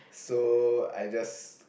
so I just